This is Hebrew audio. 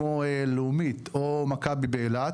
כמו לאומית או מכבי באילת,